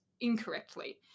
incorrectly